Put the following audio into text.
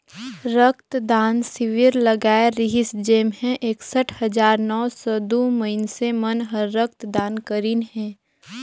रक्त दान सिविर लगाए रिहिस जेम्हें एकसठ हजार नौ सौ दू मइनसे मन हर रक्त दान करीन हे